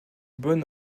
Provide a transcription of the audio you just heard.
bonne